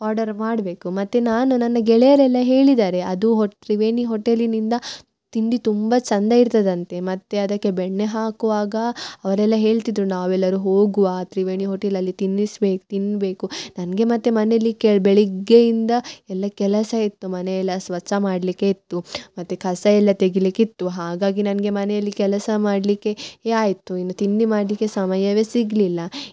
order ಮಾಡಬೇಕು ಮತ್ತು ನಾನು ನನ್ನ ಗೆಳೆಯರೆಲ್ಲ ಹೇಳಿದಾರೆ ಅದು ಹೊ ತ್ರಿವೇಣಿ ಹೊಟೇಲಿನಿಂದ ತಿಂಡಿ ತುಂಬ ಚಂದ ಇರ್ತದಂತೆ ಮತ್ತು ಅದಕ್ಕೆ ಬೆಣ್ಣೆ ಹಾಕುವಾಗ ಅವರೆಲ್ಲ ಹೇಳ್ತಿದ್ರು ನಾವೆಲ್ಲರು ಹೋಗುವ ತ್ರಿವೇಣಿ ಹೊಟೇಲಲ್ಲಿ ತಿನ್ನಿಸ್ಬೇಕು ತಿನ್ಬೇಕು ನನಗೆ ಮತ್ತು ಮನೆಲ್ಲಿ ಕೇ ಬೆಳಗ್ಗೆಯಿಂದ ಎಲ್ಲ ಕೆಲಸ ಇತ್ತು ಮನೆಯೆಲ್ಲ ಸ್ವಚ್ಛ ಮಾಡಲಿಕ್ಕೆ ಇತ್ತು ಮತ್ತು ಕಸ ಎಲ್ಲ ತೆಗಿಲಿಕಿತ್ತು ಹಾಗಾಗಿ ನನಗೆ ಮನೆಯಲ್ಲಿ ಕೆಲಸ ಮಾಡಲಿಕ್ಕೆ ಆಯ್ತು ಇನ್ನು ತಿಂಡಿ ಮಾಡಲಿಕ್ಕೆ ಸಮಯವೆ ಸಿಗಲಿಲ್ಲ